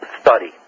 study